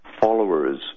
followers